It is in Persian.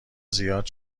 زیاد